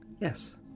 Yes